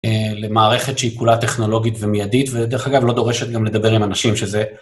למערכת שהיא כולה טכנולוגית ומיידית ודרך אגב, לא דורשת גם לדבר עם אנשים שזה...